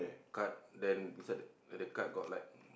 card then beside the the card got like